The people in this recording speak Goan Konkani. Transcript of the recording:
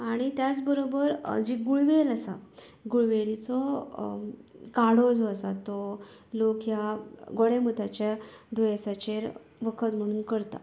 आनी त्याच बरोबर जी गुळवेर आसा गुळवेरिचो काडो जो आसा तो लोक ह्या गोडेमुताच्या दुयेंसाचेर वखद म्हणून करता